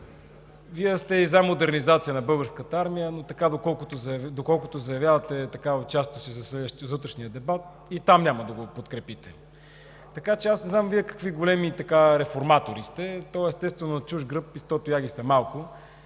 Вие сте и за модернизация на Българската армия, но, доколкото заявявате участието си за утрешния дебат, и там няма да го подкрепите, така че не знам какви големи реформатори сте. Естествено, на чужд гръб и сто тояги са малко.